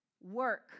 work